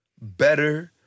better